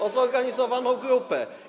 o zorganizowaną grupę.